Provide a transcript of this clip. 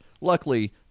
luckily